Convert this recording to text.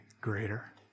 greater